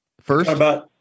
First